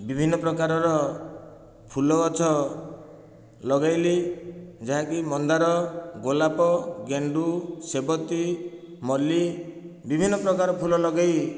ବିଭିନ୍ନ ପ୍ରକାରର ଫୁଲଗଛ ଲଗେଇଲି ଯାହାକି ମନ୍ଦାର ଗୋଲାପ ଗେଣ୍ଡୁ ସେବତୀ ମଲ୍ଲି ବିଭିନ୍ନ ପ୍ରକାର ଫୁଲ ଲଗେଇ